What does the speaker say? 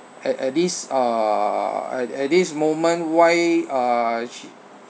at at this uh at at this moment why uh